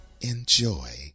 enjoy